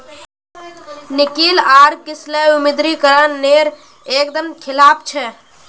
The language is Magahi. निकिल आर किसलय विमुद्रीकरण नेर एक दम खिलाफ छे